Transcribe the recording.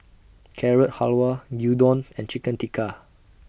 Carrot Halwa Gyudon and Chicken Tikka